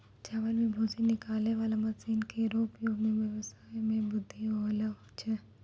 चावल सें भूसी निकालै वाला मसीन केरो उपयोग सें ब्यबसाय म बृद्धि होलो छै